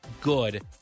good